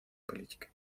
политикой